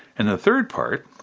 and the third part,